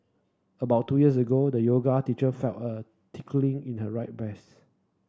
about two years ago the yoga teacher felt her in her right breast